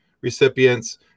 recipients